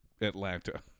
Atlanta